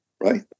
right